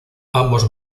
ambos